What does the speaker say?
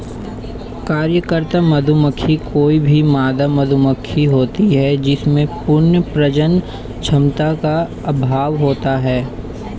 कार्यकर्ता मधुमक्खी कोई भी मादा मधुमक्खी होती है जिसमें पूर्ण प्रजनन क्षमता का अभाव होता है